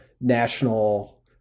national